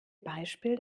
beispiel